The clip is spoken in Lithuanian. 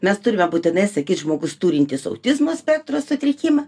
mes turime būtinai sakyti žmogus turintis autizmo spektro sutrikimą